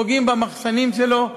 פוגעים במחסנים שלו,